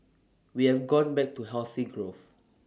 we have gone back to healthy growth